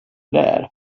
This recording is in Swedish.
där